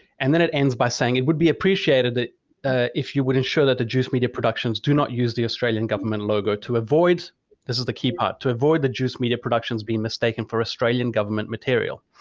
and then it ends by saying it would be appreciated that if you would ensure that the juice media productions do not use the australian government logo to avoid this is the key part to avoid the juice media productions being mistaken for australian government material.